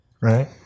right